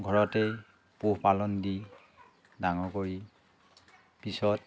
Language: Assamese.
ঘৰতেই পোহ পালন দি ডাঙৰ কৰি পিছত